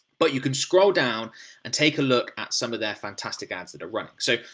but you can scroll down and take a look at some of their fantastic ads that are running. so,